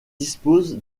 dispose